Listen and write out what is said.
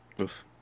Oof